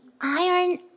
iron